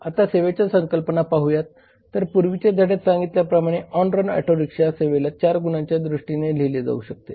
आता सेवेच्या संकल्पना पाहुयात तर पूर्वीच्या धड्यात सांगितल्या प्रमाणे ऑनरन ऑटो रिक्षा सेवेला 4 गुणांच्या दृष्टीने लिहीले जाऊ शकते